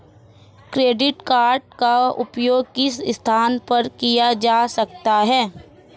Credit card का उपयोग किन स्थानों पर किया जा सकता है?